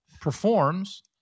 performs